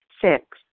Six